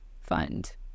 fund